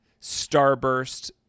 starburst